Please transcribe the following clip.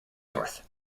north